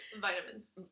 vitamins